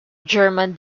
german